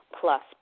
plus